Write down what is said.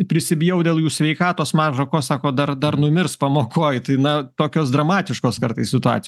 prisibijau dėl jų sveikatos maža ko sako dar dar numirs pamokoj tai na tokios dramatiškos kartais situacijos